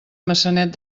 maçanet